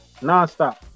nonstop